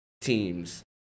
teams